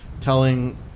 telling